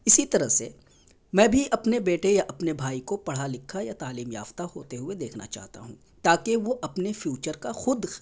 اسی طرح سے میں بھی اپنے بیٹے یا اپنے بھائی کو پڑھا لکھا یا تعلیم یافتہ ہوتے ہوئے دیکھنا چاہتا ہوں تاکہ وہ اپنے فیوچر کا خود